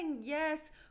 yes